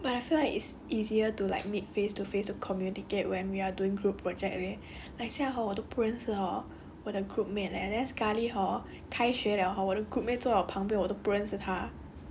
but I feel like it's easier to like meet face to face to communicate when we're doing group project leh like 现在 hor 我都不认识 hor 我的 group mate leh then sekali hor 开学 liao hor 我的 group mate 坐我旁边我都不认识他